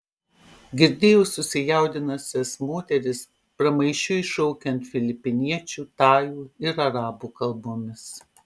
girdėjau susijaudinusias moteris pramaišiui šaukiant filipiniečių tajų ir arabų kalbomis